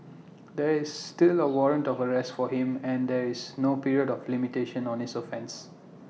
there is still A warrant of arrest for him and there is no period of limitation on his offence